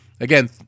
again